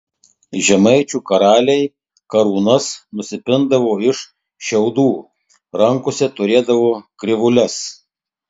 žemaičių karaliai karūnas nusipindavo iš šiaudų rankose turėdavo krivūles